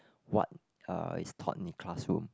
what uh is taught in the classroom